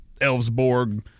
Elvesborg